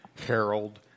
Harold